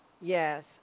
Yes